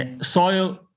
soil